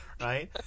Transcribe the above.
Right